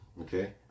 Okay